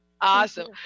Awesome